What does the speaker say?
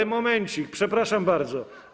Ale momencik, przepraszam bardzo.